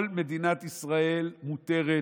כל מדינת ישראל מותרת.